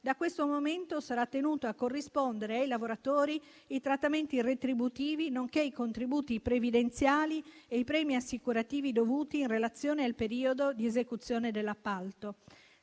da questo momento sarà tenuto a corrispondere ai lavoratori i trattamenti retributivi, nonché i contributi previdenziali e i premi assicurativi dovuti in relazione al periodo di esecuzione dell'appalto.